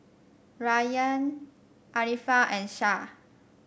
Rayyan Arifa and Shah